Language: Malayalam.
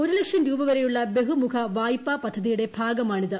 ഒരു ലക്ഷം രൂപ വരെയുള്ള ബഹുമുഖ വായ്പാ പദ്ധതിയുടെ ഭാഗമാണിത്